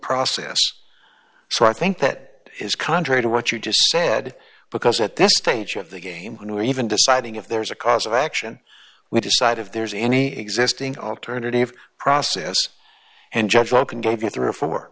process so i think that is contrary to what you just said because at this stage of the game when we're even deciding if there's a cause of action we decide if there's any existing alternative process and judge well can give you three or four